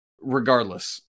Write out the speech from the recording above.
regardless